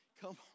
Come